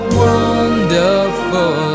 wonderful